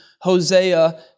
Hosea